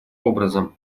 образом